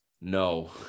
no